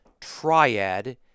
triad